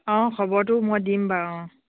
অঁ খবৰটো মই দিম বাৰু অঁ